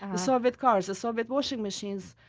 and the soviet cars, the soviet washing machines.